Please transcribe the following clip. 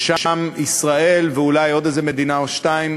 שאז ישראל ואולי עוד איזה מדינה או שתיים